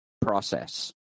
process